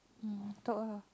um talk ah